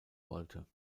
wollte